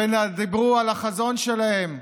ודיברו על החזון שלהם,